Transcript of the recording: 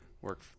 work